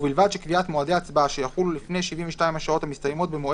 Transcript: ובלבד שקביעת מועדי הצבעה שיחלו לפני 72 השעות המסתיימות במועד